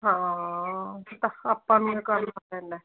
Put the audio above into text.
ਹਾਂ ਆਪਾਂ ਨੂੰ ਹੀ ਕਰਨਾ ਪੈਂਦਾ